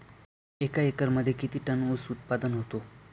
एका एकरमध्ये किती टन ऊस उत्पादन होतो?